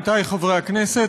עמיתי חברי הכנסת,